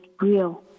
real